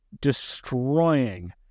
destroying